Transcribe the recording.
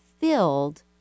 filled